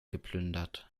geplündert